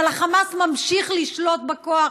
אבל החמאס ממשיך לשלוט בכוח